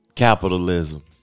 Capitalism